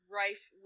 rife